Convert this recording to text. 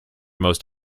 most